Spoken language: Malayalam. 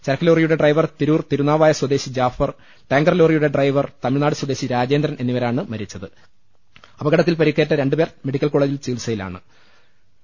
ചരക്ക് ലോറിയുടെ ഡ്രൈവർ തിരൂർ തിരുനാവായ സ്വദേശി ജാഫർ ടാങ്കർലോറിയുടെ ഡ്രൈവർ തമിഴ്നാട് സ്വദേശി രാജേന്ദ്രൻ എന്നിവരാണ് മരിച്ചത് അപകടത്തിൽ പരുക്കേറ്റ രണ്ട് പേർ മെഡിക്കൽ കോളജ് ആശുപത്രിയിൽ ചികീത്സയിലാണ്